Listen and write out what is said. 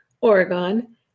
Oregon